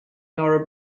nor